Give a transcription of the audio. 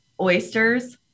Oysters